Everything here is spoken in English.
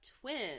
twins